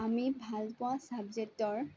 আমি ভালপোৱা ছাবজেক্টৰ